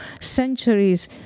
centuries